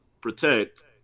protect